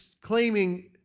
claiming